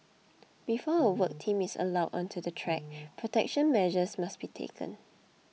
before a work team is allowed onto the track protection measures must be taken